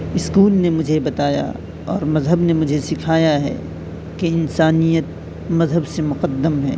school نے مجھے بتایا اور مذہب نے مجھے سکھایا ہے کہ انسانیت مذہب سے مقدم ہے